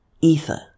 ether